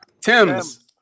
Tim's